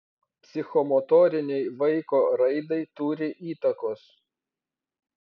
psichomotorinei vaiko raidai turi įtakos